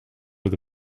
with